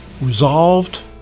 resolved